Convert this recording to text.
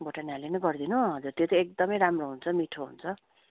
भोटाने आलु नै गरिदिनु त्यो चाहिँ एकदमै राम्रो हुन्छ मिठो हुन्छ